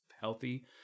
healthy